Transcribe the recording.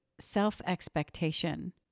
self-expectation